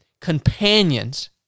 companions